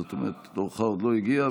זאת אומרת תורך עוד לא הגיע,